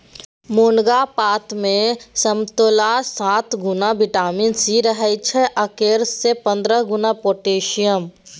मुनगा पातमे समतोलासँ सात गुणा बिटामिन सी रहय छै आ केरा सँ पंद्रह गुणा पोटेशियम